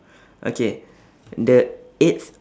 okay the eighth